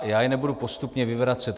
Já je nebudu postupně vyvracet.